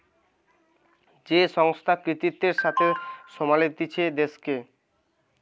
যে সংস্থা কর্তৃত্বের সাথে সামলাতিছে দেশকে